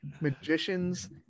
magicians